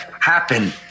happen